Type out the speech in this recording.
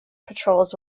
patrols